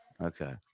Okay